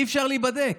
אי-אפשר להיבדק.